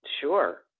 Sure